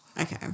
Okay